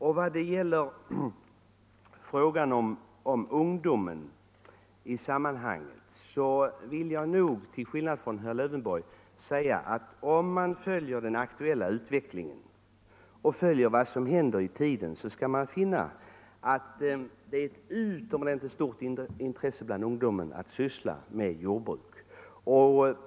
I vad gäller ungdomen vill jag nog till skillnad från herr Lövenborg säga att om man följer den aktuella utvecklingen och vad som händer i tiden, skall man finna att det råder ett utomordentligt stort intresse bland ungdomarna för jordbruk.